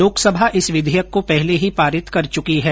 लोकसभा इस विघेयक को पहले ही पारित कर चुकी है